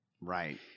Right